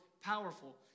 powerful